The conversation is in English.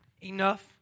Enough